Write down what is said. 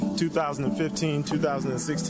2015-2016